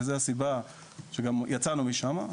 זו הסיבה שגם יצאנו משם.